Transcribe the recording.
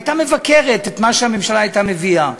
הייתה מבקרת את מה שהממשלה הייתה מביאה.